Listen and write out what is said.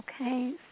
Okay